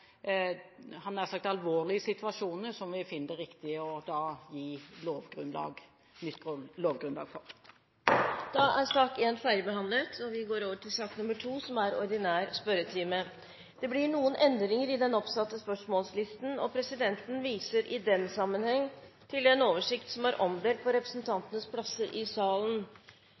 alvorlige situasjonene, hadde jeg nær sagt, som vi finner det riktig å gi nytt lovgrunnlag for. Sak nr. 1 er da ferdigbehandlet. Det blir noen endringer i den oppsatte spørsmålslisten. Presidenten viser i den sammenheng til den oversikt som er omdelt på representantenes plasser. De foreslåtte endringene i